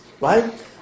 right